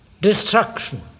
destruction